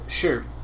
Sure